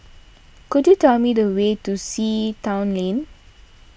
could you tell me the way to Sea Town Lane